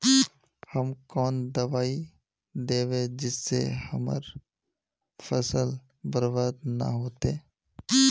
हम कौन दबाइ दैबे जिससे हमर फसल बर्बाद न होते?